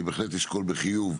אני בהחלט אשקול בחיוב,